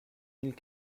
mille